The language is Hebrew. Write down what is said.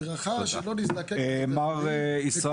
אדוני יושב